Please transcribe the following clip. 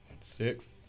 Six